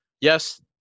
Yes